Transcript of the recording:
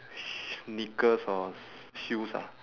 sh~ sneakers or shoes ah